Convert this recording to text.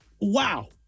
Wow